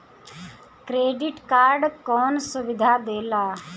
Credit card कौन सुबिधा देला?